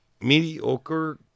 mediocre